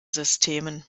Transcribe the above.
systemen